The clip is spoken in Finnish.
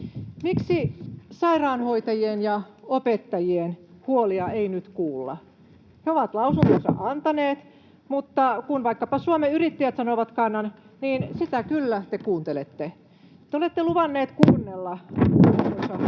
Miksi sairaanhoitajien ja opettajien huolia ei nyt kuulla? He ovat lausuntonsa antaneet, mutta kun vaikkapa Suomen Yrittäjät sanoo kannan, sitä te kyllä kuuntelette. Te olette luvanneet kuunnella, arvoisa